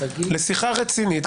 לשיחה רצינית.